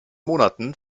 monaten